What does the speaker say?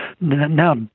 now